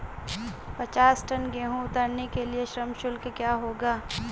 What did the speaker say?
पचास टन गेहूँ उतारने के लिए श्रम शुल्क क्या होगा?